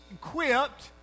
equipped